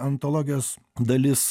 antologijos dalis